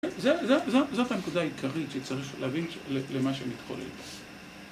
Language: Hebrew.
זאת הנקודה העיקרית שצריך להבין למה שמתחולל.